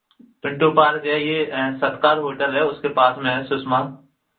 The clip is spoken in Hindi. पिंटू पार्क है ये सत्कार होटल है उसके पास में है सुषमा